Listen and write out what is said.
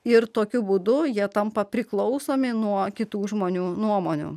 ir tokiu būdu jie tampa priklausomi nuo kitų žmonių nuomonių